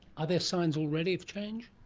are there signs already of change?